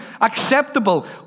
acceptable